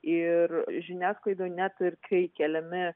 ir žiniasklaidoj net ir kai keliami